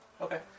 Okay